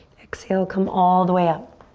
exhale, come all the way up.